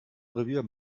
revier